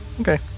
okay